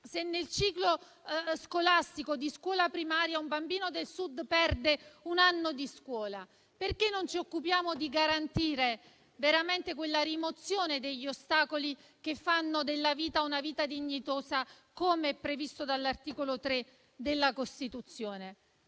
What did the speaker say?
se nel ciclo scolastico di scuola primaria un bambino del Sud perde un anno di scuola? Perché non ci occupiamo di garantire veramente quella rimozione degli ostacoli per avere una vita dignitosa, come previsto dall'articolo 3 della Costituzione?